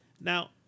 now